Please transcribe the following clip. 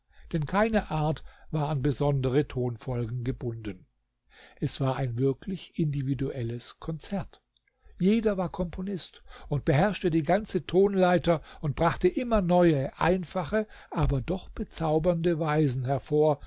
denn keine art war an besondere tonfolgen gebunden es war ein wirklich individuelles konzert jeder war komponist und beherrschte die ganze tonleiter und brachte immer neue einfache aber doch bezaubernde weisen hervor